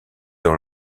dans